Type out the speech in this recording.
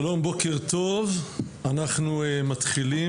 שלום, בוקר טוב, אנחנו מתחילים.